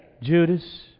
Judas